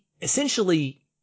essentially